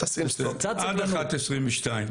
קצת סבלנות.